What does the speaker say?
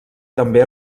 també